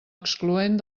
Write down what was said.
excloent